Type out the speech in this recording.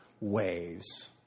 waves